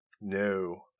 No